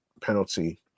penalty